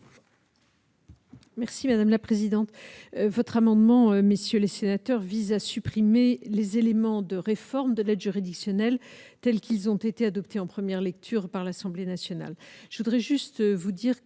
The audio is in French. Merci madame la présidente, votre amendement, messieurs les sénateurs, vise à supprimer les éléments de réforme de l'aide juridictionnelle, tels qu'ils ont été adopté en première lecture par l'Assemblée nationale,